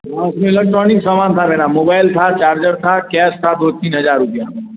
हाँ उस में इलेक्ट्रोनिक सामान था मेरा मोबाइल था चार्जर था कैस था दो तीन हज़ार रुपये